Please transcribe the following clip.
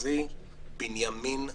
בנימין נתניהו.